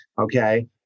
Okay